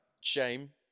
Shame